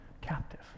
captive